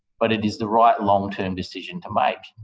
but it is the right long-term decision to make.